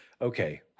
Okay